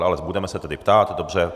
Ale budeme se tedy ptát, dobře.